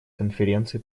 конференции